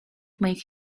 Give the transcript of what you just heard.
make